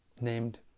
named